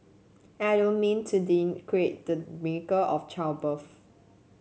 and I don't mean to denigrate the miracle of childbirth